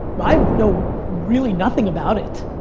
i know really nothing about it.